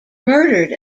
murdered